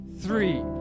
three